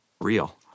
real